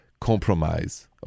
compromise